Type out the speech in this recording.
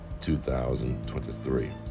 2023